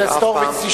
חבר הכנסת הורוביץ,